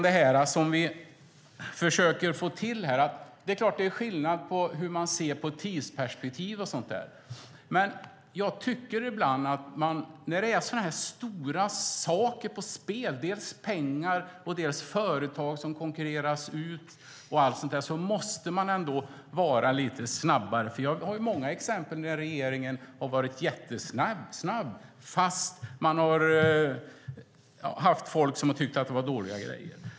Det är klart att det är skillnad på hur man ser på tidsperspektiv, men jag tycker ibland att när det är stora saker på spel, dels pengar, dels företag som konkurreras ut, måste man vara lite snabbare. Jag har många exempel där regeringen har varit snabb fast folk har tyckt att det har varit fråga om dåliga grejer.